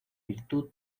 virtud